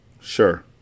Sure